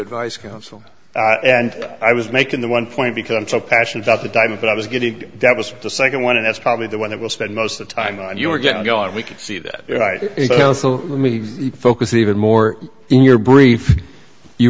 advice counsel and i was making the one point because i'm so passionate about the diamond that i was getting that was the second one and that's probably the one that will spend most of time on your getting go and we could see that focus even more in your brief you